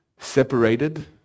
Separated